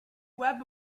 web